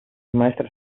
maestras